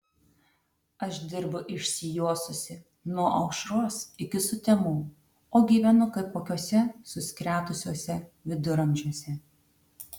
aš dirbu išsijuosusi nuo aušros iki sutemų o gyvenu kaip kokiuose suskretusiuose viduramžiuose